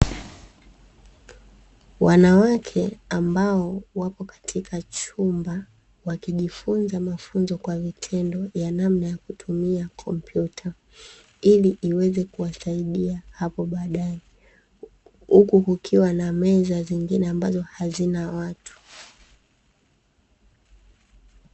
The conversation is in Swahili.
Wanawake ambao wapo katika chumba wakijifunza mafunzo kwa vitendo ya namna ya kutumia kompyuta ili iweze kuwasaidia hapo baadaye, huku kukiwa na meza zingine ambazo hazina watu.